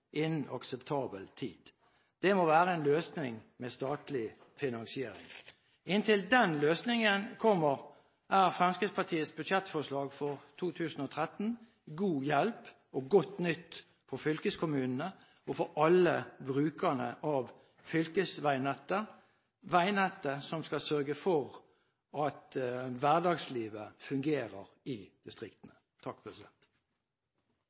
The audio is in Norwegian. innen akseptabel tid. Det må være en løsning med statlig finansiering. Inntil den løsningen kommer, er Fremskrittspartiets budsjettforslag for 2013 god hjelp og godt nytt for fylkeskommunene og for alle brukerne av fylkesveinettet, veinettet som skal sørge for at hverdagslivet fungerer i